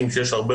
בשבוע